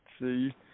See